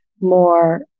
more